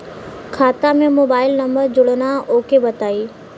खाता में mobile number जोड़ना ओके बताई?